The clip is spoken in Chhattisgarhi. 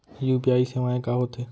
यू.पी.आई सेवाएं का होथे